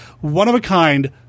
one-of-a-kind